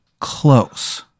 close